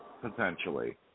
potentially